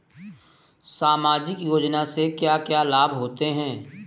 सामाजिक योजना से क्या क्या लाभ होते हैं?